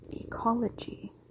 ecology